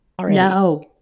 No